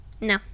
No